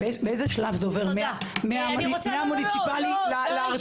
באיזה שלב זה עובר מהמוניציפאלי לארצי?